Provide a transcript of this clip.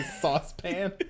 saucepan